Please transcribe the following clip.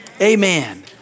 Amen